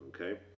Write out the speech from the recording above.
Okay